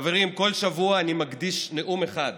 חברים, כל שבוע אני מקדיש נאום אחד